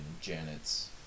Janet's